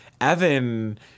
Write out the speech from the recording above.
Evan